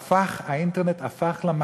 הנספח לאמנה קובע כי קרן קיימת לישראל היא